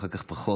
אחר כך פחות,